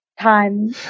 time